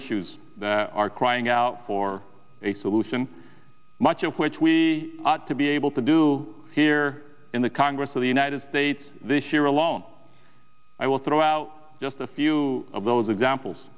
issues that are crying out for a solution much of which we ought to be able to do here in the congress of the united states this year alone i will throw out just a few of those examples